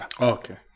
Okay